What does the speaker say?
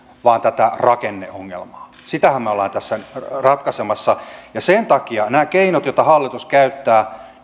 vaan tätä rakenneongelmaa sitähän me olemme tässä ratkaisemassa ja sen takia nämä keinot joita hallitus käyttää